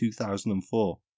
2004